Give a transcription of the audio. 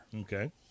Okay